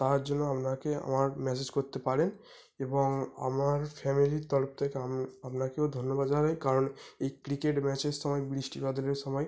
তার জন্য আপনাকে আমার ম্যাসেজ করতে পারেন এবং আমার ফ্যামেলির তরফ থেকে আপনাকেও ধন্যবাদ জানাই কারণ এই ক্রিকেট ম্যাচের সময় বৃষ্টি বাদলের সময়